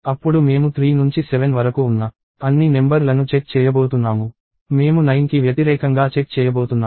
అప్పుడు మేము 3 నుంచి 7 వరకు ఉన్న అన్ని నెంబర్ లను చెక్ చేయబోతున్నాము మేము 9 కి వ్యతిరేకంగా చెక్ చేయబోతున్నాము